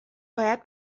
باید